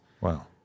Wow